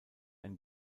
ein